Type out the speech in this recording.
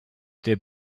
der